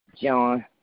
John